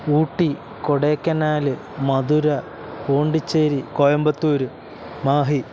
Ooty Kodaikanal Madurai Pondicherry Coimbatore Mahe